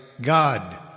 God